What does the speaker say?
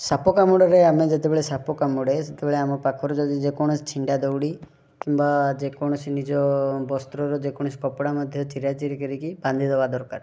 ସାପ କାମୁଡ଼ାରେ ଆମେ ଯେତେବେଳେ ସାପ କାମୁଡ଼େ ସେତେବେଳେ ପାଖରେ ଯଦି ଯେକୌଣସି ଛିଣ୍ଡା ଦୌଡ଼ି କିମ୍ବା ଯେକୌଣସି ନିଜ ବସ୍ତ୍ର ରୁ ଯେକୌଣସି କପଡ଼ା ମଧ୍ୟ୍ୟ ଚିରାଚିରି କରିକି ବାନ୍ଧି ଦେବା ଦରକାର